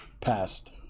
passed